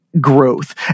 growth